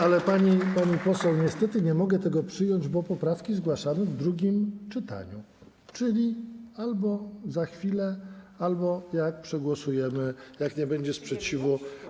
Ale, pani poseł, niestety nie mogę tego przyjąć, bo poprawki zgłaszamy w drugim czytaniu, czyli albo za chwilę, albo gdy przegłosujemy, jak nie będzie sprzeciwu, w następnym.